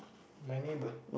my neighbour